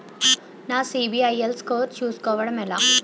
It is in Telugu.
నా సిబిఐఎల్ స్కోర్ చుస్కోవడం ఎలా?